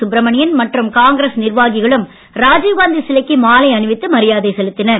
சுப்ரமணியன் மற்றும் காங்கிரஸ் நிர்வாகிகளும் ராஜீவ் காந்தி சிலைக்கு மாலை அணிவித்து மரியாதை செலுத்தினர்